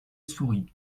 sourit